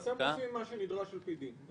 ואתם עושים מה שנדרש על פי דין.